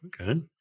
Okay